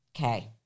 Okay